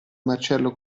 marcello